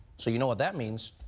so you know what that means.